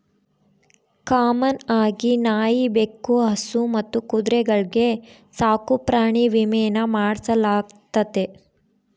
common ಆಗಿ ನಾಯಿ, ಬೆಕ್ಕು, ಹಸು ಮತ್ತು ಕುದುರೆಗಳ್ಗೆ ಸಾಕುಪ್ರಾಣಿ ವಿಮೇನ ಮಾಡಿಸಲಾಗ್ತತೆ